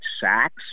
sacks